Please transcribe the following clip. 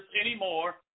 anymore